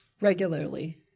regularly